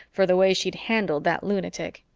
for the way she'd handled that lunatic.